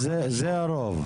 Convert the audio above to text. זה הרוב.